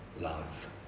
love